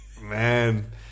Man